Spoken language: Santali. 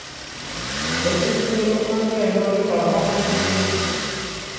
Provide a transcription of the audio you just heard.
ᱧᱮᱞ ᱠᱚᱦᱚᱸ ᱠᱚ ᱧᱮᱞᱚᱜ ᱠᱟᱱ ᱜᱮᱭᱟ ᱯᱟᱲᱦᱟᱣ ᱦᱚᱸ ᱠᱤᱱᱛᱩ